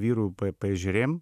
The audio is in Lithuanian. vyru paežerėm